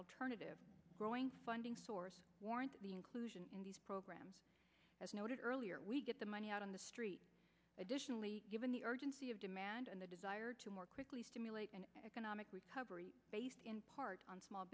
alternative growing funding source warned the inclusion program as noted earlier we get the money out on the street additionally given the urgency of demand and the desire to more quickly stimulate an economic recovery based in part on small